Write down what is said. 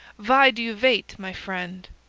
vhy do you vait, my friend?